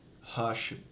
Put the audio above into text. Hush